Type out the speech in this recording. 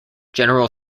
general